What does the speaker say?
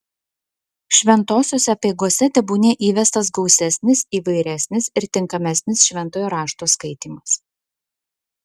šventosiose apeigose tebūnie įvestas gausesnis įvairesnis ir tinkamesnis šventojo rašto skaitymas